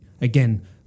again